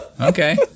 okay